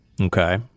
Okay